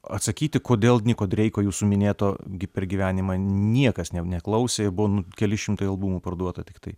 atsakyti kodėl niko dreiko jūsų minėto gi per gyvenimą niekas neklausė buvo nu keli šimtai albumų parduota tiktai